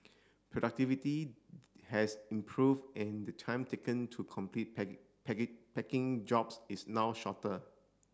productivity has improved and the time taken to complete packing jobs is now shorter